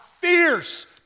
fierce